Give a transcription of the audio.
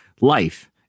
life